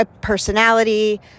personality